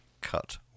cut